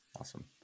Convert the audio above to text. Awesome